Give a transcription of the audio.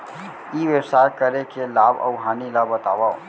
ई व्यवसाय करे के लाभ अऊ हानि ला बतावव?